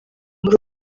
muri